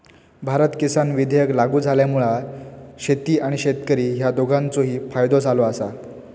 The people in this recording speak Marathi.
भारत किसान विधेयक लागू झाल्यामुळा शेती आणि शेतकरी ह्या दोघांचोही फायदो झालो आसा